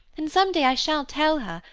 and someday i shall tell her,